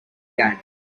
game